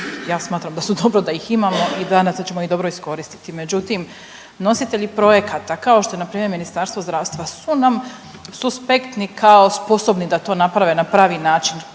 ja smatram da su dobro da ih imamo i nadam se da ćemo ih dobro iskoristiti. Međutim, nositelji projekata kao što je na primjer Ministarstvo zdravstva su nam suspektni kao sposobni da to naprave na pravi način